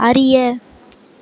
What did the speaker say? அறிய